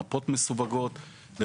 מפות מסווגות.